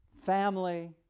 Family